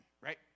Right